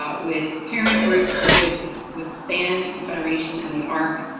ah with parent groups, with with span, the federation and the arc,